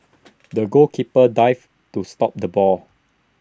the goalkeeper dived to stop the ball